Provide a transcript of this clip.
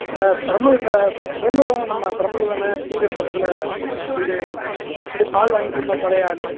இந்த பெரம்பலூர் இந்த பெரம்பலூர் நம்ம பெரம்பலூர் தானேண்ணே டீக்கடைப் பக்கத்தில் வீடு முன்னாடி பால் வாங்கிட்டிருந்தோம் பழைய ஆள்